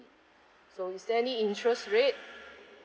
so is there any interest rate